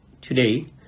Today